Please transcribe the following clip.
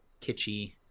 kitschy